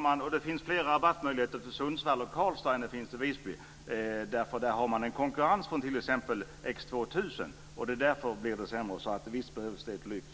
Fru talman! Det finns också fler rabattmöjligheter till Sundsvall och Karlstad än det finns till Visby, för där har man en konkurrens från t.ex. X 2000. Det är därför det blir sämre. Så visst behövs det ett lyft.